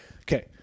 Okay